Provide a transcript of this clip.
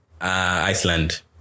Iceland